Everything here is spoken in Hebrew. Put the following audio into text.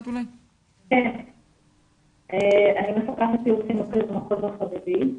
אני מפקחת יעוץ חינוכי במחוז החרדי.